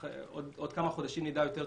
בעוד כמה חודשים נדע יותר טוב,